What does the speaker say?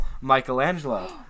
Michelangelo